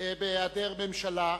בהעדר ממשלה,